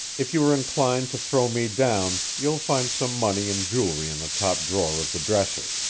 if you are inclined to throw me down, you'll find some money and jewelry in the top drawer of the dresser.